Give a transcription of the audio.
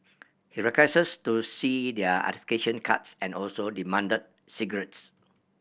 he to see their cards and also demand cigarettes